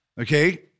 Okay